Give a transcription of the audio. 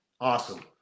awesome